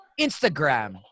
Instagram